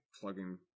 plugging